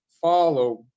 follow